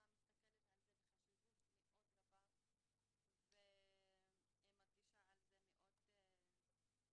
מסתכלת על זה בחשיבות מאוד רבה ומרגישה שזה מאוד חשוב.